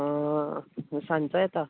सांजचो येता